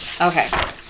Okay